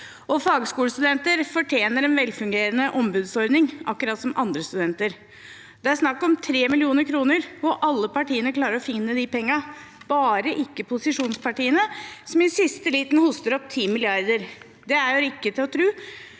er. Fagskolestudenter fortjener en velfungerende ombudsordning, akkurat som andre studenter. Det er snakk om 3 mill. kr, og alle partiene klarer å finne de pengene – bare ikke posisjonspartiene, som i siste liten hoster opp 10 mrd. kr. Det er ikke til å tro.